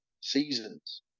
seasons